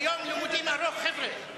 זה יום לימודים ארוך, חבר'ה.